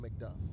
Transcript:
McDuff